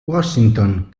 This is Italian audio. washington